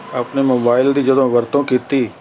ਆਪਣੇ ਮੋਬਾਇਲ ਦੀ ਜਦੋਂ ਵਰਤੋਂ ਕੀਤੀ